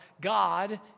God